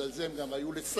שבגלל זה הם גם היו לשרים,